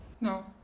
No